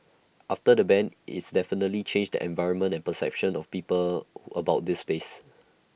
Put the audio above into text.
after the ban its definitely changed the environment and perception of people about this space